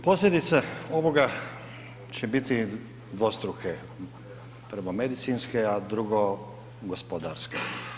Posljedice ovoga će biti dvostruke, prvo medicinske a drugo gospodarske.